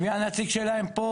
הנציג שלהם פה,